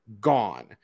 gone